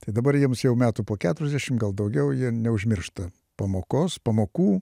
tai dabar jiems jau metų po keturiasdešim gal daugiau jie neužmiršta pamokos pamokų